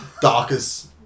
darkest